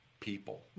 people